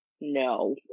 no